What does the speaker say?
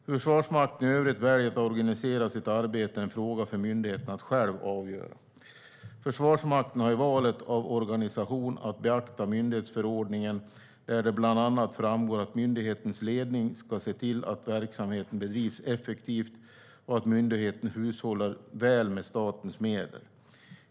Hur Försvarsmakten i övrigt väljer att organisera sitt arbete är en fråga för myndigheten att själv avgöra. Försvarsmakten har i valet av organisation att beakta myndighetsförordningen, där det bland annat framgår att myndighetens ledning ska se till att verksamheten bedrivs effektivt och att myndigheten hushållar väl med statens medel.